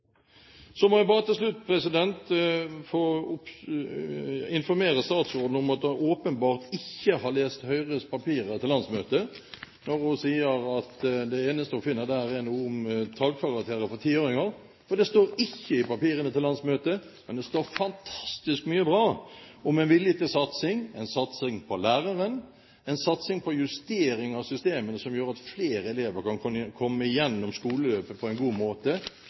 Så må jeg bare til slutt få informere statsråden om at hun åpenbart ikke har lest Høyres papirer etter landsmøtet, når hun sier at det eneste hun finner der, er noe om tallkarakterer for 10-åringer, for det står ikke i papirene til landsmøtet. Men det står fantastisk mye bra – om en vilje til satsing, en satsing på læreren, en satsing på justering av systemene som gjør at flere elever kan komme igjennom skoleløpet på en god måte.